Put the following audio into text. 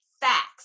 facts